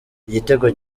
igitego